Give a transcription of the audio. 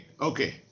okay